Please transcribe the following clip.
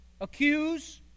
accuse